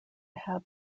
have